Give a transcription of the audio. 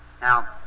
Now